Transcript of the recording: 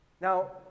Now